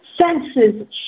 senses